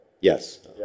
Yes